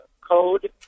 code